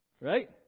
Right